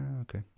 okay